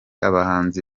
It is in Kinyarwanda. abahanzi